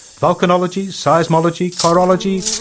vulcanology, seismology, chorology,